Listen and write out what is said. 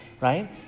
right